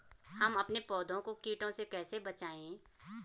हम अपने पौधों को कीटों से कैसे बचाएं?